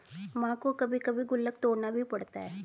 मां को कभी कभी गुल्लक तोड़ना भी पड़ता है